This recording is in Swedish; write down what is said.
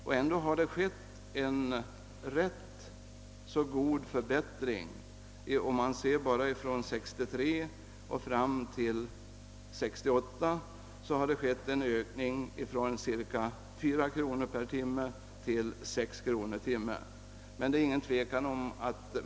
Och ändå har det skett en ganska god förbättring. Från 1963 och fram till 1968 har det skett en ökning från cirka 4 kronor per timme till omkring 6 kronor per timme.